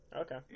okay